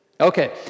Okay